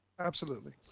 absolutely.